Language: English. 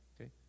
okay